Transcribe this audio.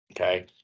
Okay